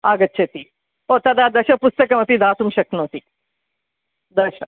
आगच्छति ओ तदा दश पुस्तकमपि दातुं शक्नोति दश